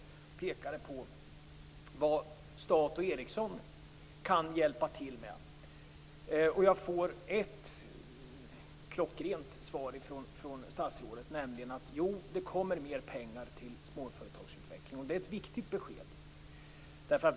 Jag pekade på vad staten och Ericsson kan hjälpa till med. Jag får ett klockrent svar från statsrådet, nämligen att det kommer mer pengar till småföretagsutveckling. Det är ett viktigt besked.